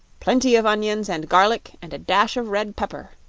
plenty of onions and garlic and a dash of red pepper.